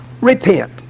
repent